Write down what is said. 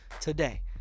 today